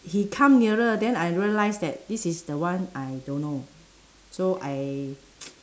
he come nearer then I realise that this is the one I don't know so I